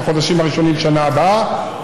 בחודשים הראשונים בשנה הבאה,